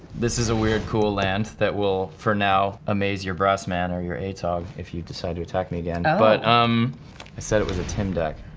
this is a weird cool land that will, for now, amaze your brass man or your atog if you decide to attack me again. and but um i said it was a tim deck.